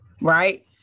right